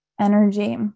energy